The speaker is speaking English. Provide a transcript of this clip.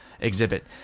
exhibit